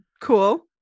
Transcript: Cool